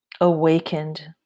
awakened